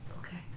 Okay